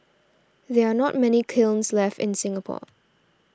there are not many kilns left in Singapore